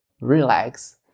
relax